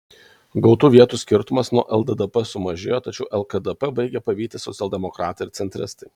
gautų vietų skirtumas nuo lddp sumažėjo tačiau lkdp baigia pavyti socialdemokratai ir centristai